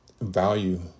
value